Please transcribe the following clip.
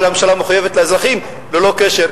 אבל הממשלה מחויבת לאזרחים ללא קשר,